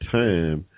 time